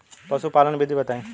पशुपालन विधि बताई?